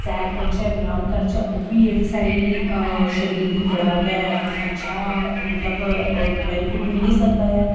सैर करचै व्याम करचै उब्भी जेह्ड़ी साढ़ी शरीर दी बड़ा गै अच्छा मतलब बैनिफिट मिली सकदा ऐ